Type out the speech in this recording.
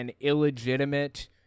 illegitimate